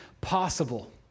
possible